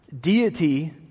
deity